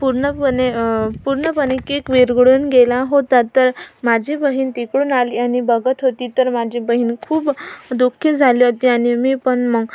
पूर्णपणे पूर्णपणे केक विरघळून गेला होता तर माझी बहीण तिकडून आली आणि बघत होती तर माझी बहीण खूप दु खी झाली होती आणि मी पण मग